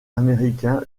américain